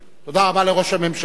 תודה רבה לראש הממשלה.